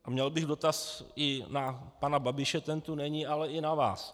A měl bych dotaz i na pana Babiše, ten tu není, ale i na vás.